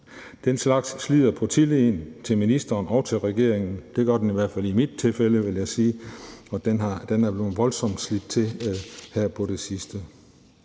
Den slags slider på tilliden til ministeren og til regeringen – det gør det i hvert fald i mit tilfælde, vil jeg sige. Og den er blevet voldsomt slidt her på det sidste.